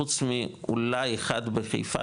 חוץ מאולי אחד בחיפה,